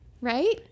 right